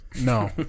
No